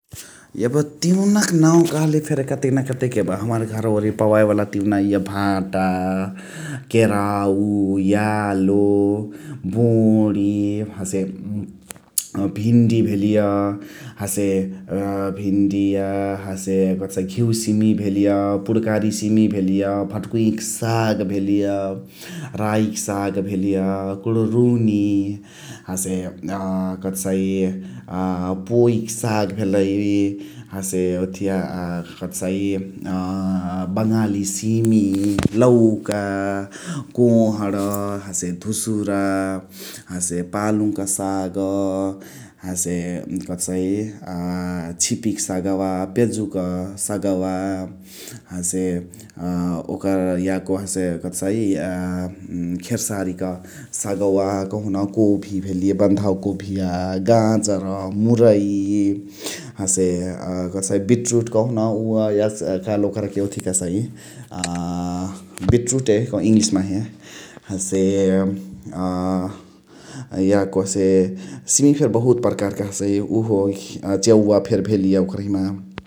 एब तिउनक नाउ कहले फेरी कतेन कतेक एब हमार घरवा वेरए पवाए वाला तिउना इअ भाटा, केराउ, यालो, बोणि, हसे भिन्डी भेलिय । हसे अ भिन्डिया अ हसे कथसाइ घ्युसिमिया भेलिय, पुणकारी सिमिया भेलिय, भटक्वुइयाक साग भेलिय, राइक साग भ्लिय, कुणरुङि, हसे अ कथसाइ अ पोइक साग भेलइ । हसे ओथिया अ कथसाइ अ बङालि सिमी लौका, कोहण, हसे धुसुरा, हसे पालुङक साग । हसे कथसाइ अ छिपिक सगवा, पेजुक सगवा । हसे अ ओकर याको हसे कथसाइ अ खेर्सारिक सगवा कहुन कोभिक भेलिय, बन्धावा कोभि, गाजर मुरइ । हसे कथसाइ बिटरुट कहुन उअ याज कालु ओकरके ओथी कहसाइ अ बिट्रुटे इङलिश माहे । हसे अ याको हसे सिमिया फेरी बहुत पर्कारक हसइ । उहो चेवा फेरी भेलिय ओकरहिमा